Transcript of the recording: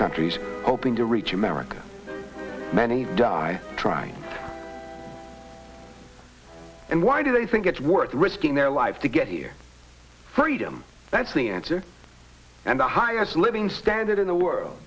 countries hoping to reach america many die trying and why do they think it's worth risking their lives to get here freedom that's the answer and the highest living standard in the world